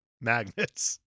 magnets